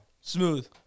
smooth